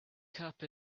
cup